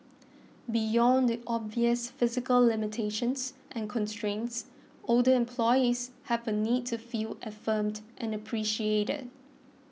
beyond the obvious physical limitations and constraints older employees have a need to feel affirmed and appreciated